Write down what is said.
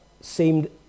seemed